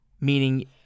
meaning